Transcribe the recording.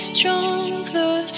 Stronger